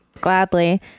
gladly